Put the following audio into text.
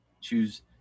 choose